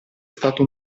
stato